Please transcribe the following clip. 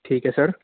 ਠੀਕ ਹੈ ਸਰ